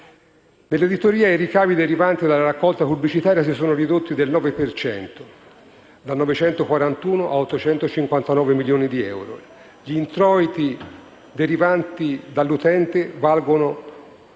Nell'editoria i ricavi derivanti dalla raccolta pubblicitaria si sono ridotti del 9 per cento (da 941 a 859 milioni di euro); gli introiti derivanti dall'utente valgono